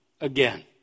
again